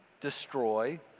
destroy